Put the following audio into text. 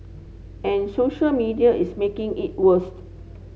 and social media is making it worse